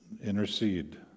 intercede